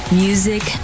music